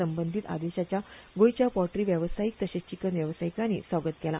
संबंधित आदेशाचे गोंयच्या पोल्ट्री वेवसायिक तशेच चिकन वेवसायिकांनी स्वागत केला